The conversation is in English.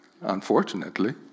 Unfortunately